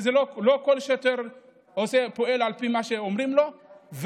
לא כל שוטר פועל על פי מה שאומרים לו,